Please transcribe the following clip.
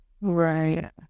right